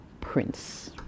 Prince